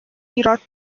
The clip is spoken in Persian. ایراد